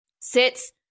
Sits